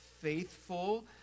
faithful